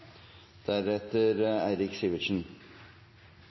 … Eirik Sivertsen